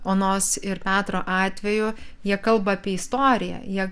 onos ir petro atveju jie kalba apie istoriją jie